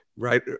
right